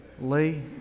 Lee